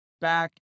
back